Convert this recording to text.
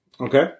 Okay